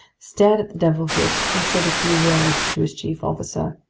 stared at the devilfish, and said a few words to his chief officer.